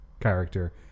character